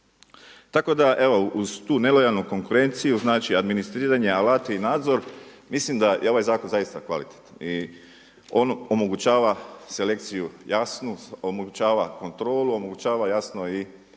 Tako da evo uz tu nelojalnu konkurenciju znači administriranje, alati i nadzor mislim da je ovaj zakon zaista kvalitetan i on omogućava selekciju jasnu, omogućava kontrolu, omogućava jasno i prekršajni